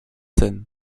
zen